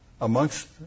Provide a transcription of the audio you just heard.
Amongst